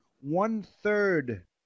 one-third